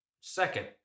Second